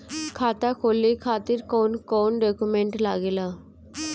खाता खोले खातिर कौन कौन डॉक्यूमेंट लागेला?